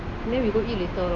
then we go eat later lor